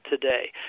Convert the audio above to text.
today